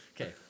Okay